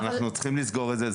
אנחנו צריכים לסגור את זה.